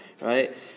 right